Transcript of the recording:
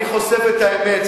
אני חושף את האמת.